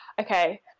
Okay